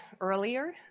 earlier